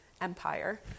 Empire